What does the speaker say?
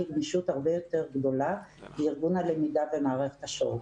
גמישות הרבה יותר גדולה לארגון הלמידה במערכת השעות.